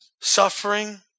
suffering